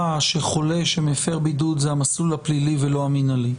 שחולה שמפר בידוד זה המסלול הפלילי ולא המינהלי.